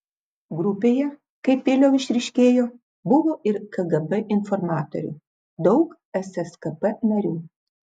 grupėje kaip vėliau išryškėjo buvo ir kgb informatorių daug sskp narių